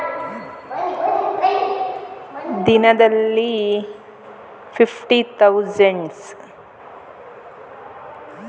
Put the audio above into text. ಎಷ್ಟು ಹಣ ಒಮ್ಮೆಲೇ ಕಳುಹಿಸಬಹುದು?